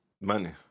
Money